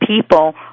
people